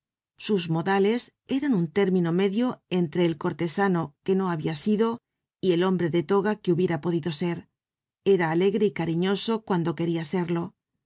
sus modales eran un término medio entre el cortesano que no habia sido y el hombre de toga que hubiera podido ser era alegre y cariñoso cuando queria serlo